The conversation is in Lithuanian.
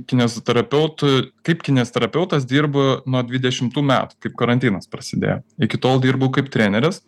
kineziterapeutu kaip kineziterapeutas dirbu nuo dvidešimtų metų kaip karantinas prasidėjo iki tol dirbau kaip treneris